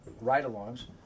ride-alongs